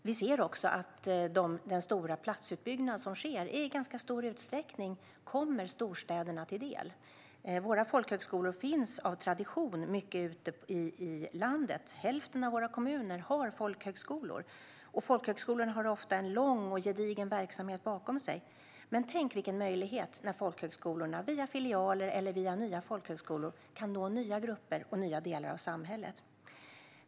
Vi ser också att den stora platsutbyggnad som sker i ganska stor utsträckning kommer storstäderna till del. Våra folkhögskolor finns av tradition till stor del ute i landet. Hälften av våra kommuner har folkhögskolor, och folkhögskolorna har ofta en långvarig och gedigen verksamhet bakom sig. Men tänk vilken möjlighet det innebär när folkhögskolorna via filialer eller via nya folkhögskolor kan nå nya grupper och nya delar av samhället!